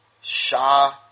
Shah